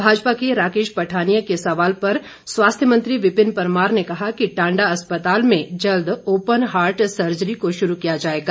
भाजपा के राकेश पठानिया के सवाल पर स्वास्थ्य मंत्री विपिन परमार ने कहा कि टांडा अस्तपाल में जल्द ओपन हार्ट सर्जरी को शुरू किया जाएगा